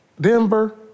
Denver